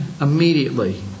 immediately